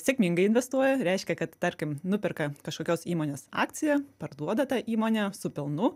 sėkmingai investuoja reiškia kad tarkim nuperka kažkokios įmonės akciją parduoda tą įmonę su pelnu